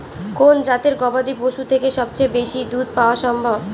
কোন জাতের গবাদী পশু থেকে সবচেয়ে বেশি দুধ পাওয়া সম্ভব?